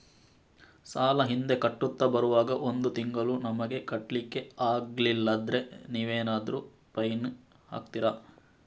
ಸಾಲ ಹಿಂದೆ ಕಟ್ಟುತ್ತಾ ಬರುವಾಗ ಒಂದು ತಿಂಗಳು ನಮಗೆ ಕಟ್ಲಿಕ್ಕೆ ಅಗ್ಲಿಲ್ಲಾದ್ರೆ ನೀವೇನಾದರೂ ಫೈನ್ ಹಾಕ್ತೀರಾ?